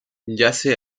yace